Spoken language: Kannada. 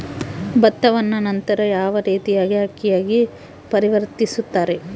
ಭತ್ತವನ್ನ ನಂತರ ಯಾವ ರೇತಿಯಾಗಿ ಅಕ್ಕಿಯಾಗಿ ಪರಿವರ್ತಿಸುತ್ತಾರೆ?